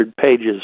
pages